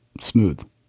Smooth